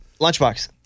Lunchbox